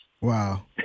Wow